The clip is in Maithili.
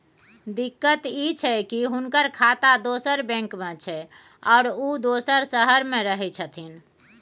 दिक्कत इ छै की हुनकर खाता दोसर बैंक में छै, आरो उ दोसर शहर में रहें छथिन